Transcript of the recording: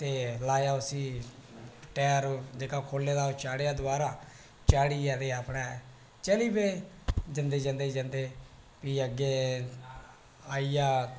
ते लाया उसी टैर खोह्लेआ दबारा चाढ़ियै ते चली पे जंदे जंदे फ्ही अग्गै आई गेआ